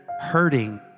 hurting